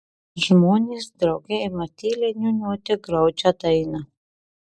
žmonės drauge ima tyliai niūniuoti graudžią dainą